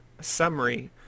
Summary